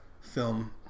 film